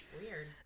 weird